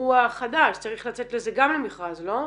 אירוע חדש, צריך לצאת לזה גם למכרז, לא?